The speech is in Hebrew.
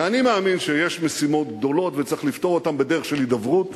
ואני מאמין שיש משימות גדולות וצריך לפתור אותן בדרך של הידברות,